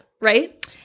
right